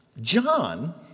John